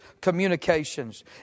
communications